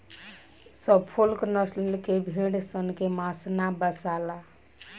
Suffolk नसल के भेड़ सन के मांस ना बासाला